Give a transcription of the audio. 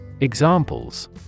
Examples